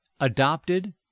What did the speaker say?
adopted